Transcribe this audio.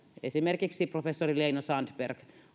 esimerkiksi professori leino sandberg